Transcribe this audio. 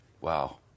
Wow